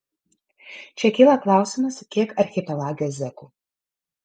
čia kyla klausimas kiek archipelage zekų